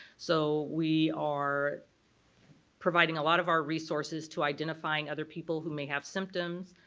so we are providing a lot of our resources to identifying other people who may have symptoms,